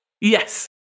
Yes